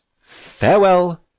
Farewell